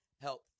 help